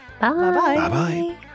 Bye-bye